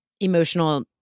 emotional